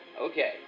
Okay